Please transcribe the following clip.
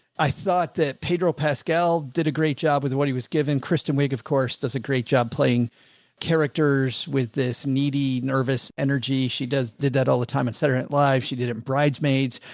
i thought that pedro pascal did a great job with what he was given. kristen wake of course, does a great job playing characters with this needy nervous energy. she does, did that all the time, et cetera, live. she did it bridesmaids.